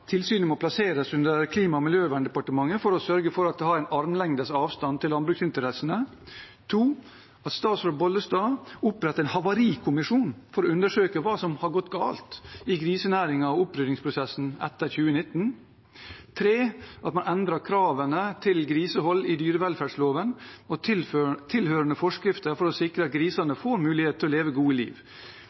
Tilsynet må plasseres under Klima- og miljødepartementet for å sørge for at det har en armlengdes avstand til landbruksinteressene. For det andre krever vi at statsråd Bollestad oppretter en havarikommisjon for å undersøke hva som har gått galt i grisenæringen og oppryddingsprosessen etter 2019. For det tredje krever vi at man endrer kravene til grisehold i dyrevelferdsloven og tilhørende forskrifter for å sikre at grisene får mulighet til å leve et godt liv.